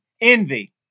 envy